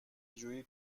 جویی